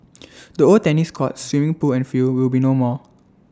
the old tennis courts swimming pool and field will be no more